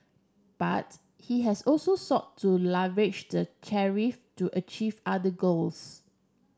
but he has also sought to leverage the tariff to achieve other goals